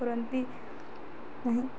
କରନ୍ତି ନାହିଁ